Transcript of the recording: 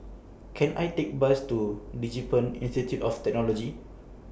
Can I Take Bus to Digipen Institute of Technology